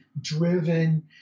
driven